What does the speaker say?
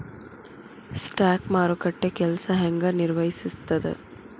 stock ಮಾರುಕಟ್ಟೆ ಕೆಲ್ಸ ಹೆಂಗ ನಿರ್ವಹಿಸ್ತದ